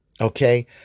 Okay